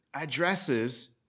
addresses